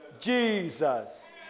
jesus